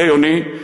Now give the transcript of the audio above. "גיא אוני",